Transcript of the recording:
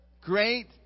Great